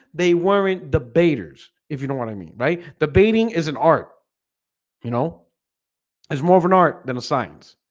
they weren't debaters if you know what i mean, right the painting is an art you know it's more of an art than a science